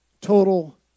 total